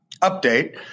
update